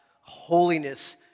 holiness